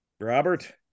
Robert